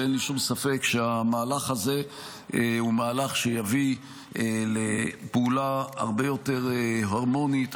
ואין לי שום ספק שהמהלך הזה הוא מהלך שיביא לפעולה הרבה יותר הרמונית,